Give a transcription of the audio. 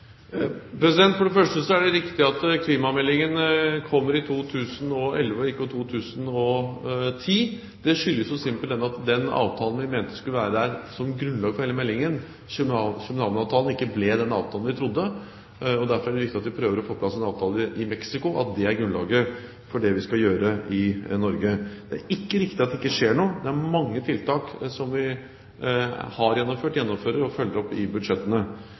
For det første er det riktig at klimameldingen kommer i 2011, og ikke i 2010. Det skyldes simpelthen at den avtalen vi mente skulle være der som grunnlag for hele meldingen, København-avtalen, ikke ble den avtalen vi trodde. Derfor er det viktig at vi prøver å få på plass en avtale i Mexico, at det er grunnlaget for det vi skal gjøre i Norge. Det er ikke riktig at det ikke skjer noe, det er mange tiltak som vi har gjennomført, gjennomfører og følger opp i budsjettene.